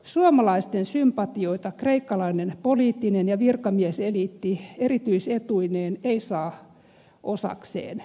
suomalaisten sympatioita kreikkalainen poliittinen ja virkamieseliitti erityisetuineen ei saa osakseen